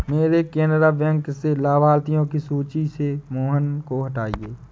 मेरे केनरा बैंक से लाभार्थियों की सूची से मोहन को हटाइए